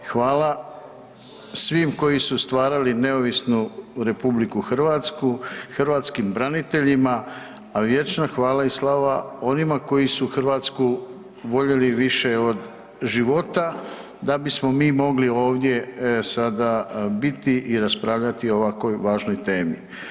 Hvala svim koji su stvarali neovisnu RH, hrvatskim braniteljima a vječna hvala i slava onima koji su Hrvatsku voljeli više od života da bismo mi mogli ovdje sada biti i raspravljati o ovakvoj važnoj temi.